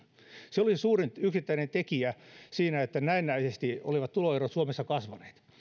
se oli se suurin yksittäinen tekijä siinä että näennäisesti olivat tuloerot suomessa kasvaneet